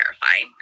terrifying